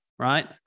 Right